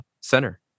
center